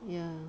ya